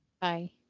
Bye